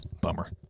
Bummer